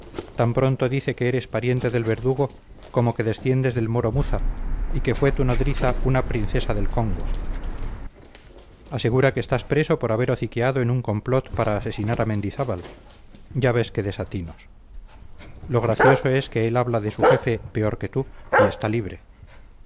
tan pronto dice que eres pariente del verdugo como que desciendes del moro muza y que fue tu nodriza una princesa del congo asegura que estás preso por haber hociqueado en un complot para asesinar a mendizábal ya ves qué desatinos lo gracioso es que él habla de su jefe peor que tú y está libre